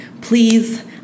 Please